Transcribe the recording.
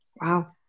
wow